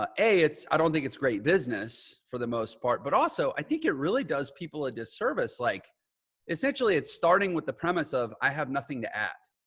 ah a it's, i don't think it's great business for the most part, but also i think it really does people a disservice, like essentially it starting with the premise of, i have nothing to add,